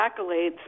accolades